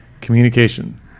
communication